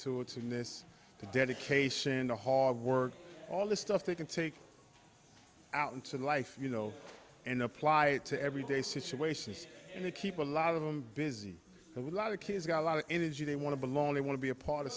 in this dedication to hard work all the stuff they can take out into the life you know and apply it to everyday situations and they keep a lot of them busy a lot of kids got a lot of energy they want to belong they want to be a part of